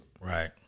Right